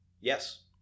Yes